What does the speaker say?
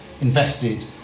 invested